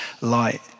light